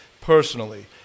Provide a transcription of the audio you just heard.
personally